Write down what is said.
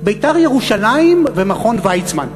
"בית"ר ירושלים" ומכון ויצמן?